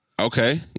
Okay